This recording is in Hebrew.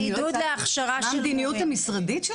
--- את לא הצגת את מדיניות המשרד.